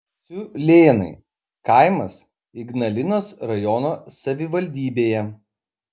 šiūlėnai kaimas ignalinos rajono savivaldybėje